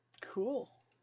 Cool